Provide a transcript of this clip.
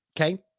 Okay